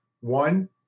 one